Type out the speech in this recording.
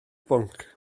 bwnc